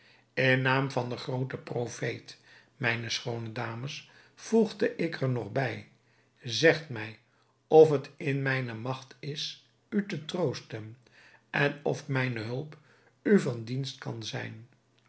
in naam van den grooten profeet mijne schoone dames voegde ik er nog bij zegt mij of het in mijne magt is u te troosten en of mijne hulp u van dienst kan zijn